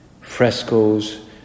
frescoes